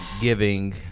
giving